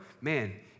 Man